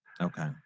Okay